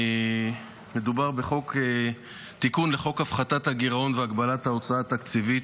מדובר בתיקון לחוק הפחתת הגירעון והגבלת ההוצאה התקציבית,